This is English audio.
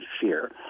fear